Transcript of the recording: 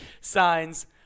signs